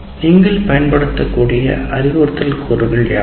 நீங்கள் பயன்படுத்தக்கூடிய அறிவுறுத்தல் கூறுகள் யாவை